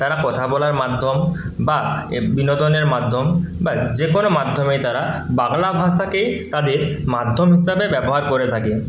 তারা কথা বলার মাধ্যম বা এ বিনোদনের মাধ্যম বা যে কোনও মাধ্যমেই তারা বাংলা ভাষাকেই তাদের মাধ্যম হিসাবে ব্যবহার করে থাকে